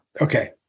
Okay